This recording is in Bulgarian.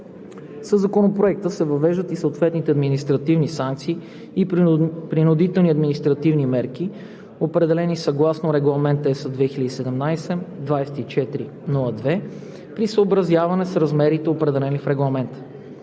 Със Законопроекта се въвеждат и съответните административни санкции и принудителни административни мерки, определени съгласно Регламент (ЕС) 2017/2402, при съобразяване с размерите, определени в Регламента.